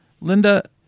Linda